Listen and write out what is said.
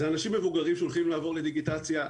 אלה אנשים מבוגרים שהולכים לעבור לדיגיטציה.